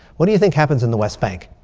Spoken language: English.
what do you think happens in the west bank?